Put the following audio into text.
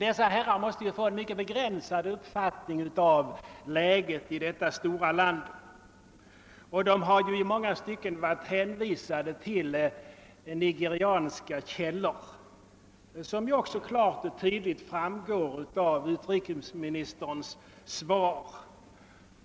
Dessa herrar kan bara ha fått en mycket begränsad insyn i läget inom detta stora land. I många stycken har de varit hänvisade till nigerianska källor, något som också klart och tydligt framgår av utrikesministerns svar.